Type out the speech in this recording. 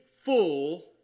full